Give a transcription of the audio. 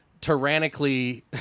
tyrannically